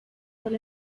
del